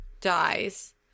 dies